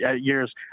years